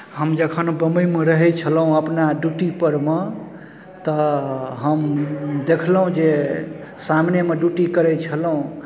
हम जखन बंबइमे रहै छलहुँ अपना ड्यूटीपर मे तऽ हम देखलहुँ जे सामनेमे ड्यूटी करै छलहुँ